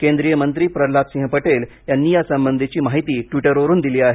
केंद्रीय मंत्री प्रल्हाद सिंह पटेल यांनी यासंबधीची माहिती ट्विटरवरून दिली आहे